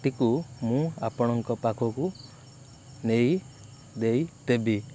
ଟିକୁ ମୁଁ ଆପଣଙ୍କ ପାଖକୁ ନେଇ ଦେଇଦେବି